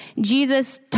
Jesus